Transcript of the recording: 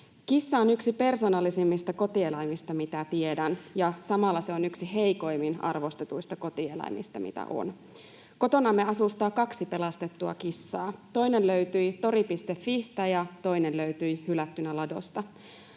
Kissa on yksi persoonallisimmista kotieläimistä, mitä tiedän, ja samalla se on yksi heikoimmin arvostetuista kotieläimistä, mitä on. Kotonamme asustaa kaksi pelastettua kissaa: toinen löytyi Tori.fistä, ja toinen löytyi hylättynä ladosta.